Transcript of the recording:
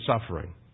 suffering